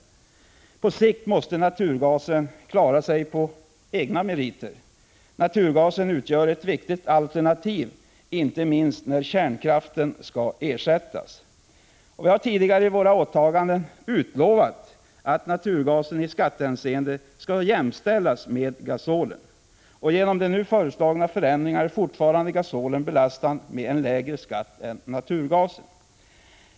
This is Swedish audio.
På sikt måste emellertid naturgasen klara sig på egna meriter. Naturgasen utgör ett viktigt alternativ, inte minst när kärnkraften skall ersättas. Vi har tidigare i våra åtaganden utlovat att naturgasen i skattehänseende skall jämställas med gasolen. Genom de nu föreslagna förändringarna är gasolen fortfarande belastad med en lägre skatt än naturgasen.